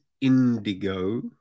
indigo